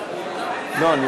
ניסן, מספיק, לא, לא.